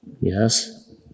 yes